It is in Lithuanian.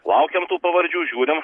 laukiam tų pavardžių žiūrim